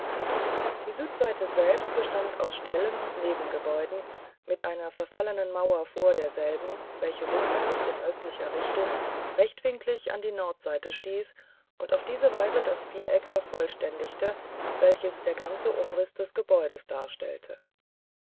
die südseite selbst bestand aus ställen und nebengebäuden mit einer verfallenen mauer vor derselben welche rückwärts in östlicher richtung rechtwinklig an die nordseite stieß und auf diese weise das viereck vervollständigte welches der ganze umrißdesgebäudesdarstellte die